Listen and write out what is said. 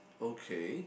okay